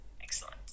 excellent